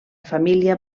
família